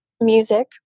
music